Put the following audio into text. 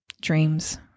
Dreams